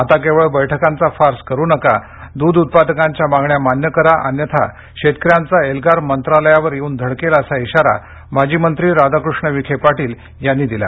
आता केवळ बैठकांचा फार्स करू नका दूध उत्पादकांच्या मागण्या मान्य करा अन्यथा शेतक यांचा एल्गार मंत्रालयावर येवून धडकेल असा इशारा माजी मंत्री राधाकृष्ण विखे पाटील यांनी दिला